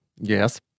Yes